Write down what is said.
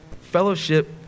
Fellowship